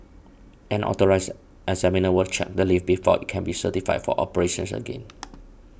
an Authorised Examiner will check the lift before it can be certified for operations again